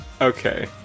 Okay